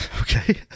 Okay